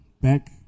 back